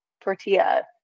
tortilla